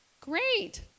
Great